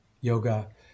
yoga